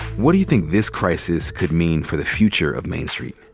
what do you think this crisis could mean for the future of main street?